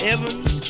Evans